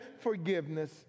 forgiveness